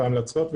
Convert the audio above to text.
בהמלצות,